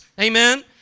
amen